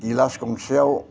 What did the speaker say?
गिलास गंसेयाव